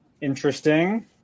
Interesting